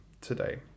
today